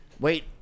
wait